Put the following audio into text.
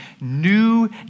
new